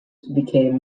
became